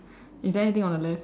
is there anything on the left